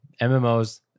MMOs